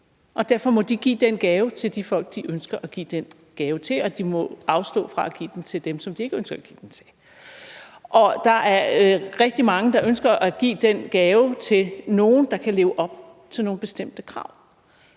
Derfor må de give den gave til de folk, de ønsker at give den gave til, og de må afstå fra at give den til dem, som de ikke ønsker at give den til. Der er rigtig mange, der ønsker at give den gave til nogle, der kan leve op til nogle bestemte krav.